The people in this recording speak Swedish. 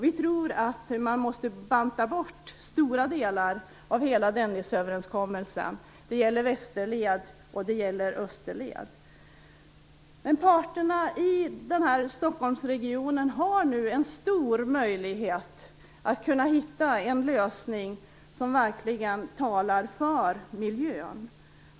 Vi tror att man måste banta bort stora delar av hela Dennisöverenskommelsen. Det gäller Västerleden och Österleden. Men parterna i Stockholmsregionen har nu en stor möjlighet att kunna hitta en lösning som verkligen talar för miljön.